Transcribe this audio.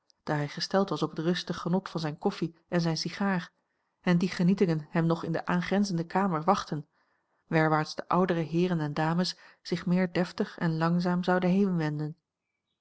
daar hij gesteld was op het rustig genot van zijne koffie en zijne sigaar en die genietingen hem nog in de aangrenzende kamer wachtten werwaarts de oudere heeren en dames zich meer deftig en langzaam zouden